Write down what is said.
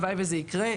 הלוואי וזה יקרה,